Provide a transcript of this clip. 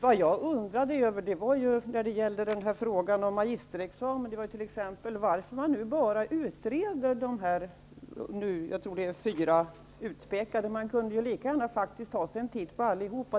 Herr talman! Det jag undrade över var frågan om magisterexamen, t.ex. varför man nu bara utreder de fyra utpekade högskolorna. Man kunde lika gärna ta sig en titt på allihop.